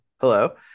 Hello